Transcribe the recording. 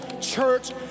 church